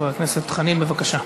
חבר הכנסת חנין, בבקשה.